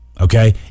Okay